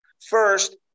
first